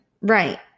Right